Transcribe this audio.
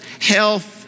health